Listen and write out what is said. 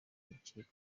urukiko